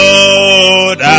Lord